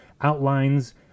outlines